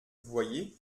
voyez